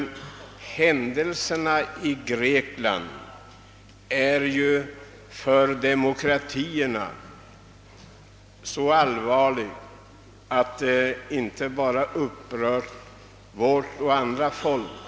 Händelserna i Grekland är oerhört allvarliga för demokratierna, och de har upprört inte bara oss utan även andra folk.